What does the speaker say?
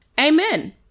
Amen